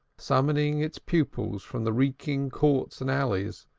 summoning its pupils from the reeking courts and alleys,